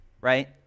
right